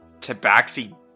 tabaxi